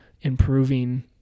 improving